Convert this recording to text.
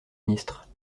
ministre